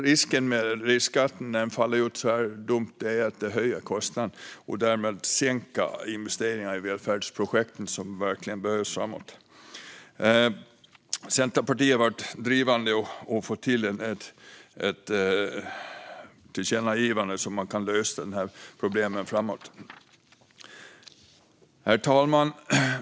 Risken med riskskatten när den faller ut så här dumt är att den höjer kostnaderna och därmed sänker investeringarna i välfärdsprojekten, som verkligen behövs framåt. Centerpartiet har varit drivande i att få till ett tillkännagivande så att man kan lösa de här problemen. Herr talman!